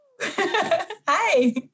hi